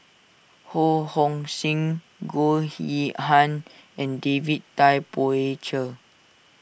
Ho Hong Sing Goh Yihan and David Tay Poey Cher